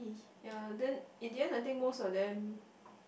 yeah then in the end I think most of them